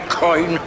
coin